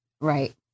Right